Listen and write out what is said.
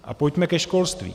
A pojďme ke školství.